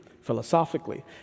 philosophically